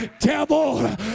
Devil